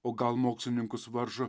o gal mokslininkus varžo